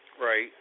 right